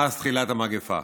מאז תחילת המגפה.